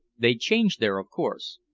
they changed there, of course.